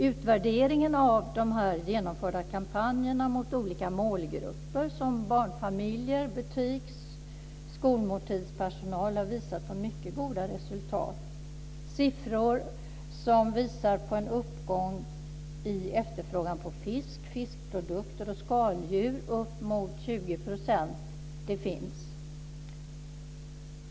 Utvärderingen av de genomförda kampanjerna mot olika målgrupper som barnfamiljer, butiks och skolmåltidspersonal har visat mycket goda resultat. Siffror visar en uppgång i efterfrågan på fisk, fiskprodukter och skaldjur på upp mot 20 %.